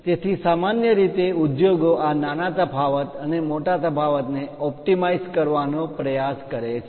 તેથી સામાન્ય રીતે ઉદ્યોગો આ નાના તફાવત અને મોટા તફાવતને ઓપ્ટિમાઇઝ કરવાનો પ્રયાસ કરે છે